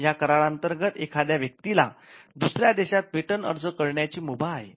या करार अंतर्गत एखाद्या व्यक्तीला दुसऱ्या देशात पेटंट अर्ज करण्याची मुभा आहे